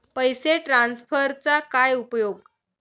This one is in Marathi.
पैसे ट्रान्सफरचा काय उपयोग?